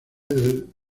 del